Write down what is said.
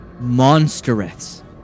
monstrous